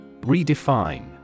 Redefine